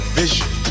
vision